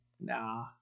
nah